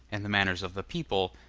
and the manners of the people,